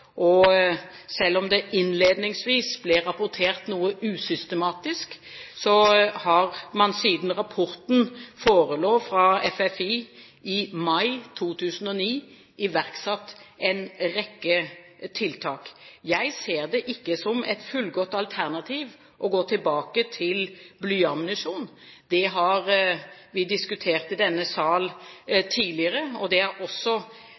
Selv om det innledningsvis ble rapportert noe usystematisk, har man siden rapporten forelå fra FFI i mai 2009, iverksatt en rekke tiltak. Jeg ser det ikke som et fullgodt alternativ å gå tilbake til blyammunisjon. Det har vi diskutert i denne sal tidligere. Og